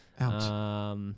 Out